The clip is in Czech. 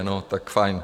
No tak fajn.